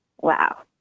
wow